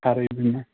خَرٲبِی نہَ